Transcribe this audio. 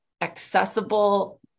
accessible